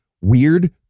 weird